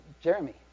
Jeremy